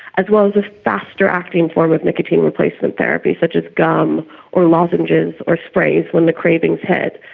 as well as a faster acting form of nicotine replacement therapy such as gum or lozenges or sprays when the cravings hit,